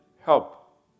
help